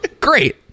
great